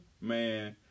man